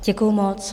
Děkuju moc.